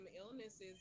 illnesses